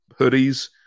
hoodies